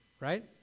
right